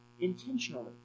intentionally